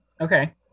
Okay